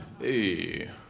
hey